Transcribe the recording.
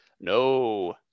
no